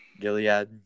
Gilead